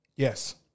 Yes